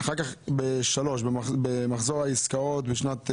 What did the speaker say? אחר כך בסעיף 3, במחזור העסקאות בשנת הבסיס,